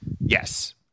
Yes